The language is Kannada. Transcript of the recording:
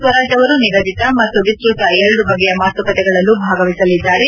ಸ್ವರಾಜ್ ಅವರು ನಿಗದಿತ ಮತ್ತು ವಿಸ್ತ್ರತ ಎರಡು ಬಗೆಯ ಮಾತುಕತೆಗಳಲ್ಲೂ ಭಾಗವಹಿಸಲಿದ್ದಾರೆ